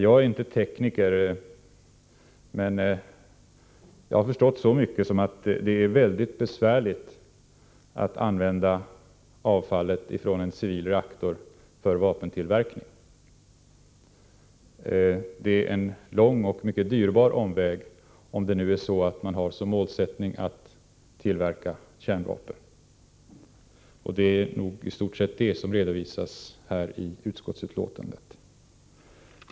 Jag är inte tekniker, men jag har förstått så mycket som att det är väldigt besvärligt att använda avfallet från en civil reaktor för vapentillverkning. Det är en lång och mycket dyrbar omväg, om man har som målsättning att tillverka kärnvapen. Det är i stort sett det som redovisas i utskottsbetänkandet.